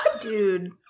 Dude